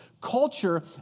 Culture